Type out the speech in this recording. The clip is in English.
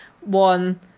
one